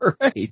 right